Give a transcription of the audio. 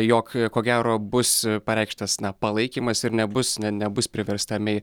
jog ko gero bus pareikštas na palaikymas ir nebus ne nebus priversta mei